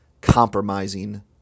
compromising